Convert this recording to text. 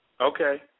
Okay